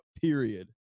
Period